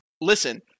Listen